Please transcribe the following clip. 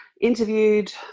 interviewed